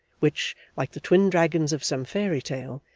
which, like the twin dragons of some fairy tale,